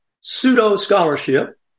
pseudo-scholarship